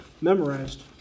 memorized